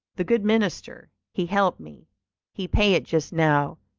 the good minister, he help me he pay it just now,